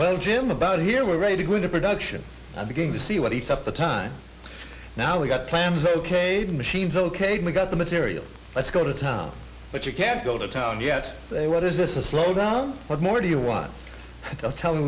well jim about here we're ready to go into production i begin to see what heats up the time now we got plans ok the machines ok got the material let's go to town but you can't go to town yet say what is this a slowdown what more do you want to tell me